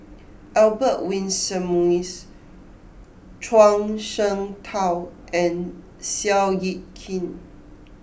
Albert Winsemius Zhuang Shengtao and Seow Yit Kin